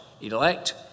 elect